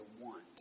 want